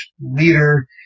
leader